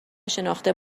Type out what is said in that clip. شناخته